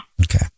Okay